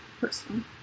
personally